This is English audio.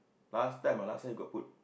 last time ah last time he got put